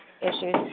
issues